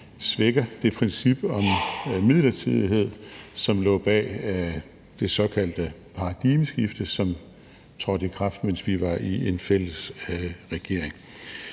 svækker det princip om midlertidighed, som lå bag det såkaldte paradigmeskifte, som trådte i kraft, mens vi var i en fælles regering.